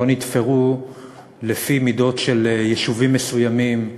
נתפרו לפי מידות של יישובים מסוימים,